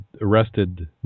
arrested